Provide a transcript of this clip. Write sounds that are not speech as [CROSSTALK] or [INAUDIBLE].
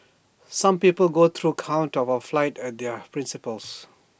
some people go to [UNINTELLIGIBLE] court of A fight for their principles